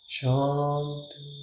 Shanti